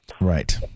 right